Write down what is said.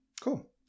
Cool